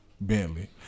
Bentley